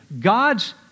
God's